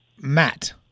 matt